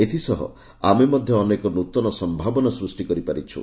ଏଥିସହ ଆମେ ମଧ୍ୟ ଅନେକ ନୃତନ ସମ୍ଭାବନା ସୃଷ୍ଟି କରିପାରିଛୁ